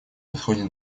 подходит